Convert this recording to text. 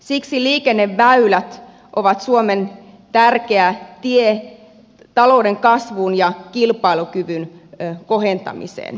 siksi liikenneväylät ovat suomen tärkeä tie talouden kasvuun ja kilpailukyvyn kohentamiseen